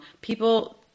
people –